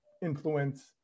influence